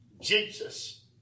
Jesus